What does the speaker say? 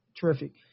Terrific